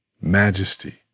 majesty